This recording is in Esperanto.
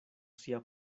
sia